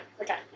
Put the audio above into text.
Okay